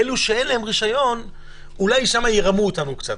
אלו שאין להם רישיון, אולי שם ירמו אותנו קצת.